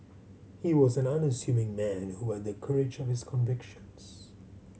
he was an unassuming man and who had the courage of his convictions